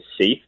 safe